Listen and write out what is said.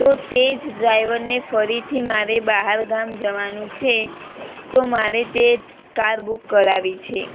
તો તે જ ડ્રાઇવરને ફરીથી મારે બહારગામ જવાનું છે તો મારે તે કાર બુક કરાવવી છે